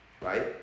Right